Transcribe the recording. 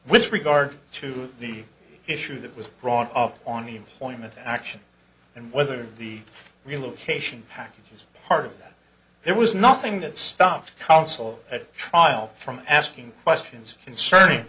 with regard to the issue that was drawn of on the employment action and whether the relocation package was part of that there was nothing that stopped consul at trial from asking questions concerning